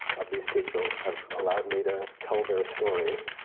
of these people, have allowed me to tell their stories,